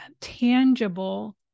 tangible